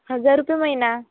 हजार रुपये महिना